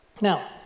Now